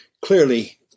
clearly